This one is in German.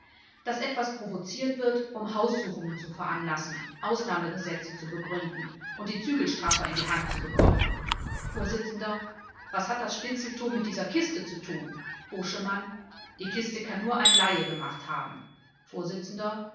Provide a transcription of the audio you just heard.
daß etwas provoziert wird um haussuchungen zu veranlassen ausnahmegesetze zu begründen und die zügel straffer in die hand zu bekommen vors was hat das spitzeltum mit dieser kiste zu tun koschemann die kiste kann nur ein laie gemacht haben